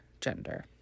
gender